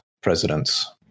presidents